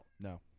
No